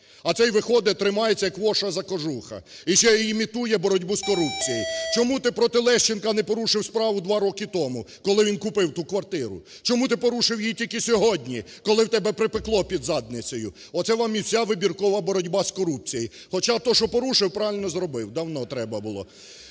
а цей виходить тримається як воша за кожуха. І ще і імітує боротьбу з корупцією. Чому ти проти Лещенка не порушив справу два роки тому, коли він купив ту квартиру? Чому ти порушив її тільки сьогодні, коли у тебе припекло під задницею. Оце вам і вся вибіркова боротьба з корупцією. Хоча те, що порушив, правильно зробив. Давно треба було.